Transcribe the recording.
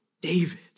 David